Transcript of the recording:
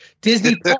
Disney